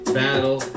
battle